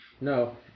No